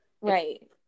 Right